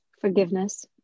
Forgiveness